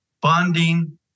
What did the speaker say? bonding